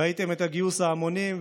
ראיתם את גיוס ההמונים,